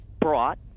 brought